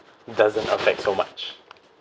doesn't affect so much